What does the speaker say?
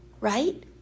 right